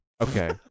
Okay